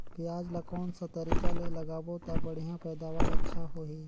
पियाज ला कोन सा तरीका ले लगाबो ता बढ़िया पैदावार अच्छा होही?